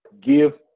give